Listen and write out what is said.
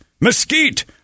mesquite